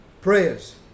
prayers